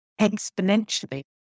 exponentially